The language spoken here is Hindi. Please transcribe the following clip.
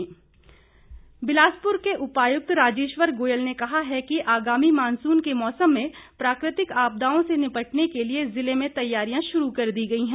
डीसी बिलासपुर बिलासपुर के उपायुक्त राजेश्वर गोयल ने कहा है कि आगामी मानसून के मौसम में प्राकृतिक आपदाओं से निपटने के लिए ज़िले में तैयारियां शुरू कर दी गई है